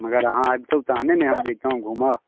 मगर अहाँ अबितहुँ तहने ने हम जैतौं घूमऽ